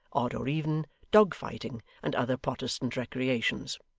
odd or even, dog-fighting, and other protestant recreations.